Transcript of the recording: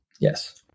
yes